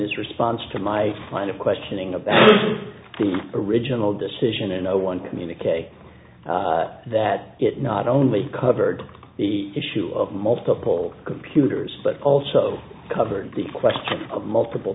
his response to my line of questioning about the original decision and no one communique that it not only covered the issue of multiple computers but also covered the question of multiple